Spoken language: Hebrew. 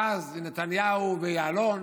ואז נתניהו ויעלון,